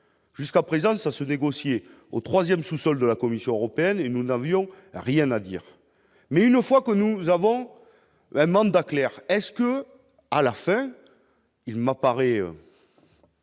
jusqu'à présent, ça se négocier au 3ème sous-sol de la Commission européenne et nous n'avions rien à dire, mais une fois que nous avons la mandat clair est-ce que à la fin il m'apparaît.